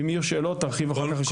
אם יהיו שאלות, ארחיב אחר כך.